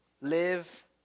live